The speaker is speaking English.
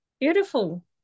beautiful